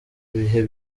bihe